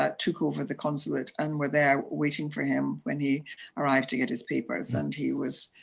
ah took over the consulate and were there waiting for him when he arrived to get his papers. and he was